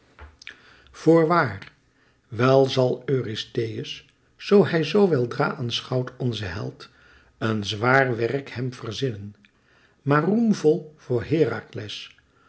voorwaar wel zal eurystheus zoo hij z weldra aanschouwt onzen held een zwaar werk hem verzinnen maar roemvol voor herakles